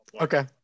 Okay